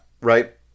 right